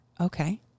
Okay